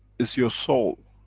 it's your soul